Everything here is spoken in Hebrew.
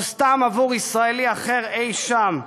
או סתם עבור ישראלי אחר אי-שם,